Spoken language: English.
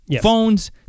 phones